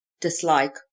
dislike